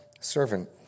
servant